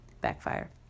backfire